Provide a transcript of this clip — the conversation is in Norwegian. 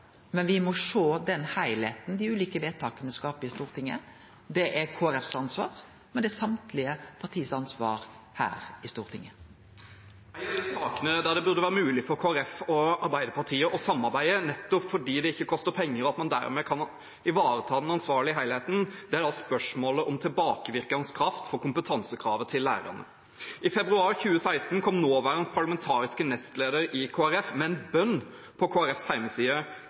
men me må sjå den heilskapen som dei ulike vedtaka skaper i Stortinget. Det er Kristeleg Folkepartis ansvar – og det er ansvaret til alle parti her på Stortinget. Neste… En av de sakene der det burde være mulig for Kristelig Folkeparti og Arbeiderpartiet å samarbeide, nettopp fordi det ikke koster penger, og at man dermed kan ivareta den ansvarlige helheten, gjelder spørsmålet om tilbakevirkende kraft for kompetansekravet til lærerne. I februar 2016 kom nåværende parlamentarisk nestleder i Kristelig Folkeparti med en bønn på